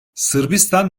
sırbistan